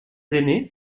aimaient